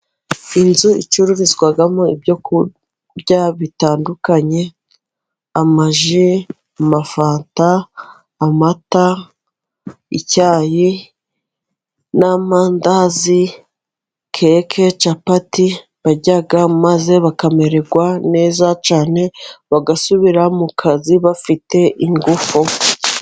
Inzu icururizwamo ibyo kurya bitandukanye, amaji, amafanta, amata, icyayi n'amandazi, keke, capati, barya maze bakamererwa neza cyane, bagasubira mu kazi bafite ingufu.